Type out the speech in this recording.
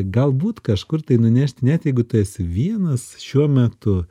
galbūt kažkur tai nunešti net jeigu tu esi vienas šiuo metu